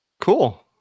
cool